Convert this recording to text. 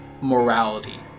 morality